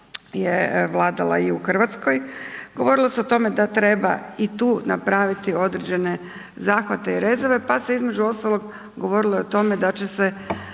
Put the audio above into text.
je vladala i u Hrvatskoj. Govorilo se da treba i tu napraviti određene zahvate i rezove, pa se između ostalog govorilo i o tome da će se